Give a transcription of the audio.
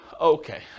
Okay